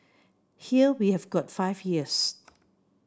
here we have got five years